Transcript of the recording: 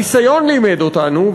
הניסיון לימד אותנו,